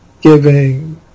giving